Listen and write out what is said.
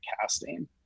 casting